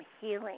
healing